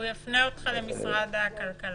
הוא יפנה אותך למשרד הכלכלה.